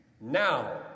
now